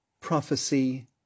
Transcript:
Prophecy